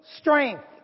strength